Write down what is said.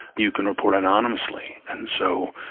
you can report anonymously. and so,